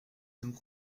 sommes